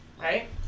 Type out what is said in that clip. Right